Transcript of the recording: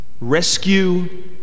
rescue